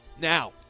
Now